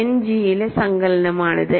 end ജിയിലെ സങ്കലനമാണിത്